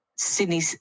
Sydney